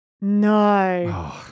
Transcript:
No